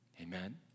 Amen